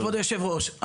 כבוד היושב ראש,